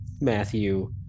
Matthew